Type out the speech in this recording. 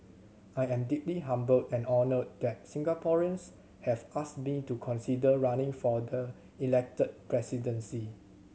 I am deeply humbled and honoured that Singaporeans have asked me to consider running for the Elected Presidency